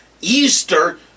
Easter